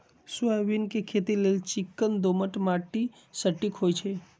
soybean के खेती लेल चिक्कन दोमट माटि सटिक होइ छइ